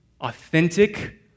authentic